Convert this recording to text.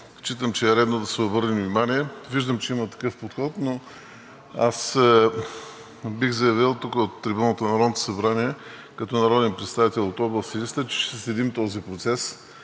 считам, че е редно да се обърне внимание. Виждам, че има такъв подход, но аз бих заявил тук – от трибуната на Народното събрание, като народен представител от област Силистра, че ще следим този процес